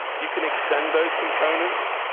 you can extend those components,